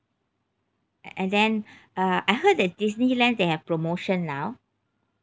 and then uh I heard that disneyland they have promotion now